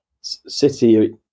City